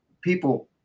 people